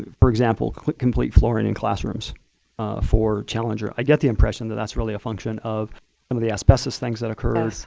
for example, complete flooring in classrooms for challenger. i get the impression that that's really a function of um of the asbestos things that occurred. yes.